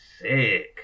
sick